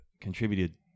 contributed